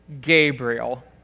Gabriel